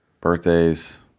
birthdays